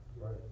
Right